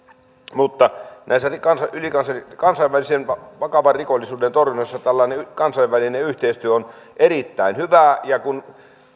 mutta kansainvälisen vakavan rikollisuuden torjunnassa tällainen kansainvälinen yhteistyö on erittäin hyvää ja kun